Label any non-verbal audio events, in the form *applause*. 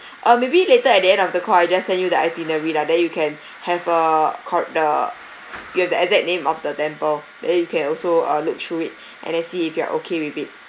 uh maybe later at the end of the call I just send you the itinerary lah then you can *breath* have a cor~ the you have the exact name of the temple then you can also uh look through it *breath* and then see if you are okay with it